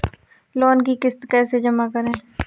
Loan की किश्त कैसे जमा करें?